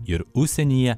ir užsienyje